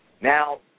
Now